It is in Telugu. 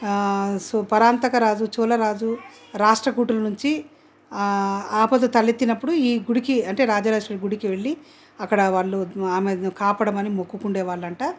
సూపర్ అంతగా రాజు చోళరాజు రాష్ట్రకూటుల నుంచి ఆ ఆపద తలెత్తినప్పుడు ఈ గుడికి అంటే రాజరాజేశ్వరి గుడికి వెళ్లి అక్కడ వాళ్ళు ఆమెను కాపాడమని మొక్కుకొనే వాళ్ళు అంట